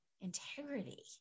integrity